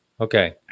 Okay